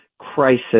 crisis